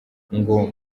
ngo